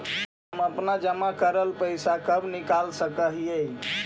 हम अपन जमा करल पैसा कब निकाल सक हिय?